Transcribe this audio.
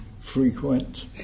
frequent